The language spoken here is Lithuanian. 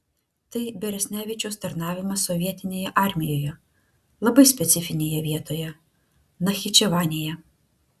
tai beresnevičiaus tarnavimas sovietinėje armijoje labai specifinėje vietoje nachičevanėje